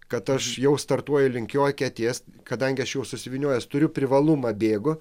kad aš jau startuoju link jo eketės kadangi aš jau susivyniojęs turiu privalumą bėgu